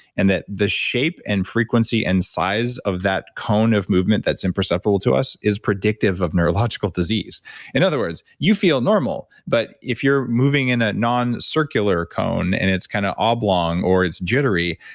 and that the shape and frequency and size of that cone of movement that's imperceptible to us is predictive of neurological disease in other words, you feel normal. but if you're moving in a non-circular cone, and it's kind of oblong or it's jittery,